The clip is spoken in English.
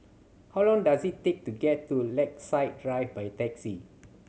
how long does it take to get to Lakeside Drive by taxi